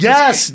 Yes